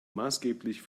maßgeblich